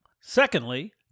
Secondly